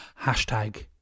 Hashtag